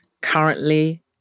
currently